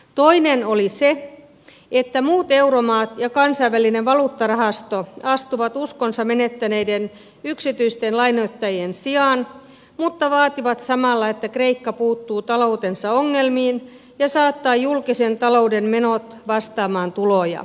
toinen oli se että muut euromaat ja kansainvälinen valuuttarahasto astuvat uskonsa menettäneiden yksityisten lainoittajien sijaan mutta vaativat samalla että kreikka puuttuu taloutensa ongelmiin ja saattaa julkisen talouden menot vastaamaan tuloja